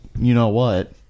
you-know-what